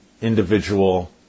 individual